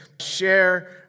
share